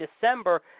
December